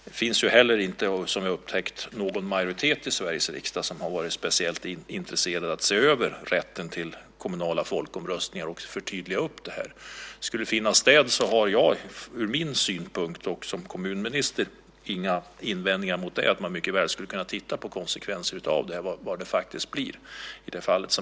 Det finns heller inte, som jag har upptäckt, någon majoritet i Sveriges riksdag som har varit speciellt intresserad av att se över och förtydliga rätten till kommunala folkomröstningar. Om det skulle finnas har jag som kommunminister inga invändningar mot att man mycket väl skulle kunna titta på de faktiska konsekvenserna i det här fallet.